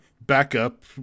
backup